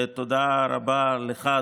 תודה רבה לך,